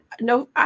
No